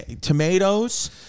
Tomatoes